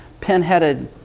pinheaded